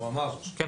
כן.